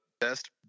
best